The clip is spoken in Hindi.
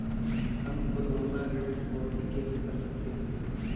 हम खुद ऑनलाइन ऋण चुकौती कैसे कर सकते हैं?